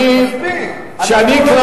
ואנחנו, יואל